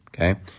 okay